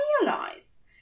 realize